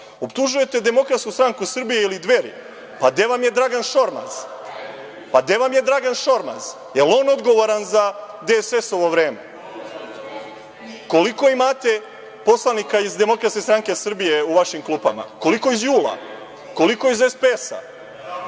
vama. Optužujete Demokratsku stranku Srbije ili Dveri, pa gde vam je Dragan Šormaz? Pa gde vam je Dragan Šormaz, da li je on odgovoran za DSS-ovo vreme? Koliko imate poslanika iz Demokratske stranke Srbije u vašim klupama, koliko iz JUL-a, koliko iz SPS-a?